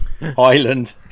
island